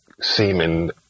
semen